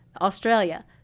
Australia